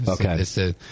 Okay